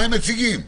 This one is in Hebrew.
מה הם מחזיקים ביד?